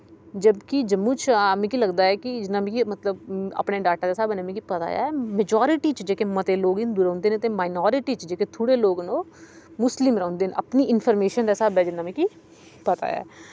जब की जम्मू च जिन्ना मिकी लगदा की मतलव अपने डाटा दे स्हाबे ने मिकी पता ऐ मजारटी च जेह्के मते लोक हिंदु रौह्ंदे न ते माइनारिटी च जेह्के थोह्ड़े लोक न ओह् मुस्लिम रौह्ंदे न अपनी इनफरमेंशन दे स्हाबे जिन्ना मिकी पता ऐ